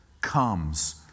comes